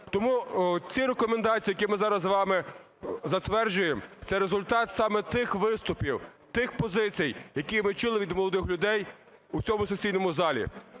Тому ці рекомендації, які ми зараз з вами затверджуємо, це результат саме тих виступів, тих позицій, які ми чули від молодих людей у цьому сесійному залі.